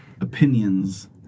opinions